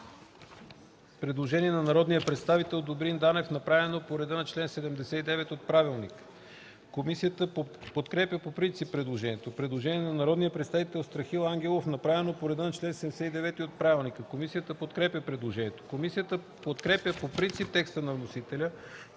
Предложение на народния представител Добрин Данев, направено по реда на чл. 79 от правилника. Комисията подкрепя предложението.